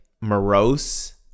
morose